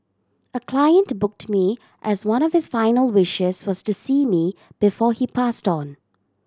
a client to booked me as one of his final wishes was to see me before he passed on